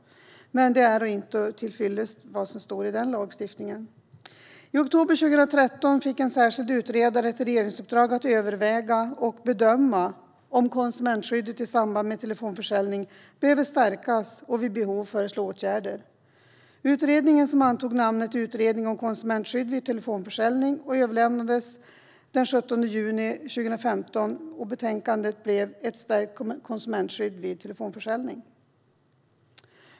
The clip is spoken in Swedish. Men det som står i den lagstiftningen är inte tillfyllest. I oktober 2013 fick en särskild utredare ett regeringsuppdrag att överväga och bedöma om konsumentskyddet i samband med telefonförsäljning behöver stärkas och att vid behov föreslå åtgärder. Utredningen, som antog namnet Utredningen om konsumentskydd vid telefonförsäljning, överlämnade den 17 juni 2015 betänkandet Ett stärkt konsumentskydd vid telefonförsäljning .